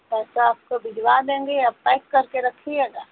पैसा आपको भिजवा देंगे आप पैक करके रखिएगा